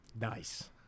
Nice